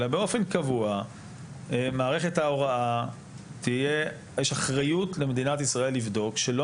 אלא באופן קבוע יש אחריות למדינת ישראל לבדוק שלא